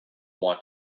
want